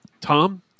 Tom